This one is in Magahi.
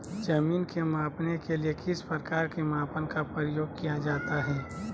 जमीन के मापने के लिए किस प्रकार के मापन का प्रयोग किया जाता है?